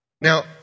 Now